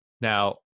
Now